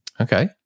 Okay